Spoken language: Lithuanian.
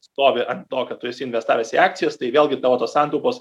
stovi ant to kad tu esi investavęs į akcijas tai vėlgi tavo tos santaupos